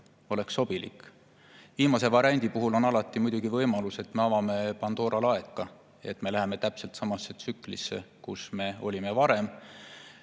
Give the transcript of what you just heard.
oleks sobilik. Viimase variandi puhul on alati muidugi võimalus, et me avame Pandora laeka, et me [satume] täpselt samasse tsüklisse, kus me olime varem. Kui